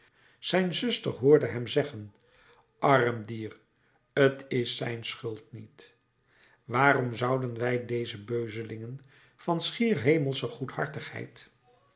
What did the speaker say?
zijn zuster hoorde hem zeggen arm dier t is zijn schuld niet waarom zouden wij deze beuzelingen van schier hemelsche